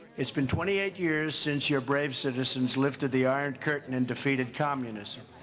it's been twenty eight years since your brave citizens lifted the iron curtain and defeated communism,